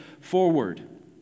forward